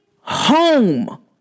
home